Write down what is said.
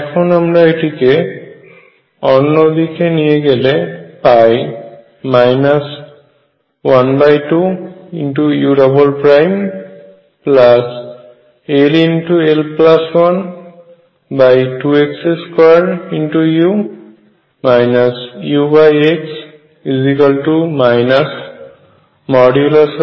এখন আমরা এটিকে অন্যদিকে নিয়ে গেলে পাই 12ull12x2u ux